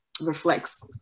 reflects